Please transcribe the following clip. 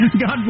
God